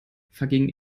vergingen